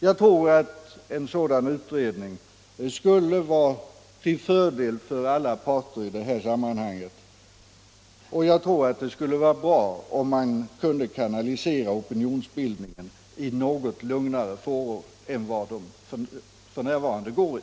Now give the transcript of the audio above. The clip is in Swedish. Jag tror att en sådan utredning skulle vara till fördel för alla parter i detta sammanhang, och jag tror att det skulle vara bra om man kunde kanalisera opinionsbildningen i något lugnare fåror än dem som de f. n. går i.